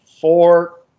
four